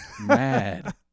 mad